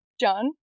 John